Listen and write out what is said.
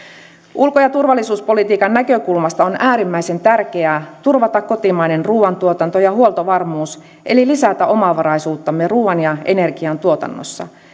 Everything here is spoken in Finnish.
ulko ja turvallisuuspolitiikan näkökulmasta on äärimmäisen tärkeää turvata kotimainen ruuantuotanto ja huoltovarmuus eli lisätä omavaraisuuttamme ruuan ja energian tuotannossa